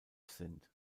sind